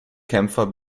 kämpfer